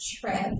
trip